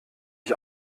ich